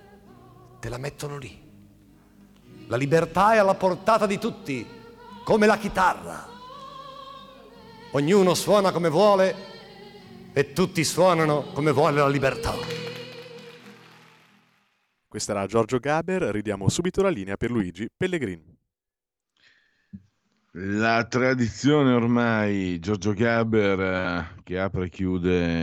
Te la mettono lì. La libertà è alla portata di tutti, come la chitarra. Ognuno suona come vuole e tutti suonano come vuole la libertà. Questa era Giorgio Gaber, ridiamo subito la linea per Luigi Pellegrini. La tradizione ormai, Giorgio Gaber, eh, che apre e chiude